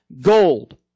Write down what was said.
gold